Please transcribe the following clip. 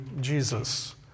Jesus